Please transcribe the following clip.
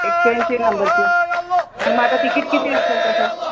एक्याऐंशी नंबरची पण मग आता तिकीट किती असंल त्याचं